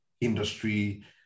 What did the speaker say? industry